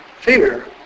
fear